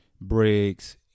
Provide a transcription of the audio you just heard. Briggs